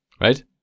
Right